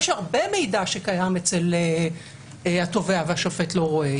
יש הרבה מידע שקיים אצל התובע והשופט לא רואה.